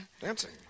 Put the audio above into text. dancing